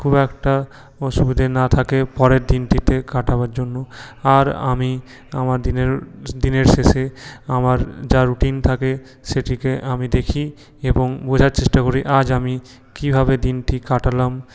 খুব একটা অসুবিধে না থাকে পরের দিনটিতে কাটাবার জন্য আর আমি আমার দিনের দিনের শেষে আমার যা রুটিন থাকে সেটিকে আমি দেখি এবং বোঝার চেষ্টা করি আজ আমি কীভাবে দিনটি কাটালাম